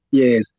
yes